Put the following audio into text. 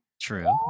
True